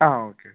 ആ okay okay